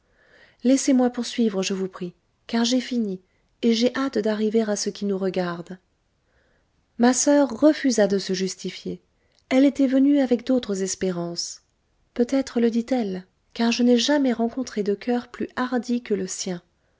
laissez-moi poursuivre je vous prie car j'ai fini et j'ai hâte d'arriver a ce qui nous regarde ma soeur refusa de se justifier elle était venue avec d'autres espérances peut-être le dit-elle car je n'ai jamais rencontré de coeur plus hardi que le sien